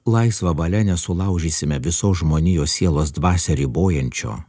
laisva valia nesulaužysime visos žmonijos sielos dvasią ribojančio